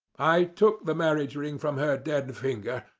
i took the marriage ring from her dead finger,